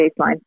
baseline